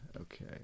okay